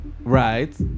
Right